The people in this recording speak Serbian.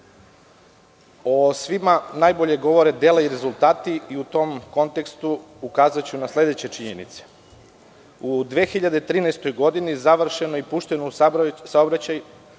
svima najbolje govore dela i rezultati i u tom kontekstu ukazaću na sledeće činjenice. U 2013. godini završeno je i pušteno u saobraćaj